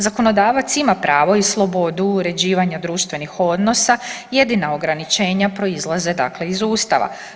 Zakonodavac ima pravo i slobodu uređivanja društvenih odnosa jedina ograničenja proizlaze dakle iz Ustava.